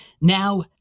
Now